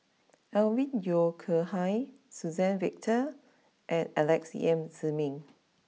Alvin Yeo Khirn Hai Suzann Victor and Alex Yam Ziming